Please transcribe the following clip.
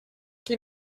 qui